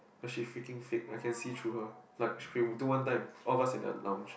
but she freaking fake I can see through her like she do one time all of us in the lounge